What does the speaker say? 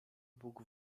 bóg